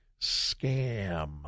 scam